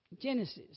Genesis